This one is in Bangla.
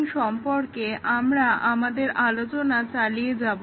অবজেক্ট ওরিয়েন্টেড প্রোগ্রামগুলোর টেস্টিং সম্পর্কে আমরা আমাদের আলোচনা চালিয়ে যাব